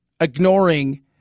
ignoring